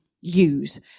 use